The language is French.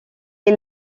est